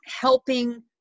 helping